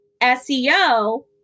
SEO